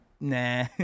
nah